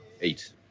Eight